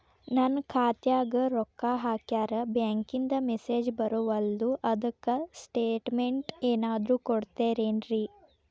ನನ್ ಖಾತ್ಯಾಗ ರೊಕ್ಕಾ ಹಾಕ್ಯಾರ ಬ್ಯಾಂಕಿಂದ ಮೆಸೇಜ್ ಬರವಲ್ದು ಅದ್ಕ ಸ್ಟೇಟ್ಮೆಂಟ್ ಏನಾದ್ರು ಕೊಡ್ತೇರೆನ್ರಿ?